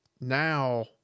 Now